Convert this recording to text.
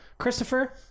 Christopher